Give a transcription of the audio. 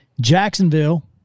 Jacksonville